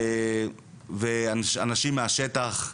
ואנשים מהשטח,